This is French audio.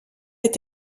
est